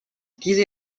diese